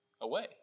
away